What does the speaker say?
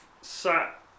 sat